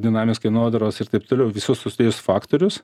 dinaminės kainodaros ir taip toliau visus tuos tris faktorius